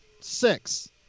Six